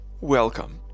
Welcome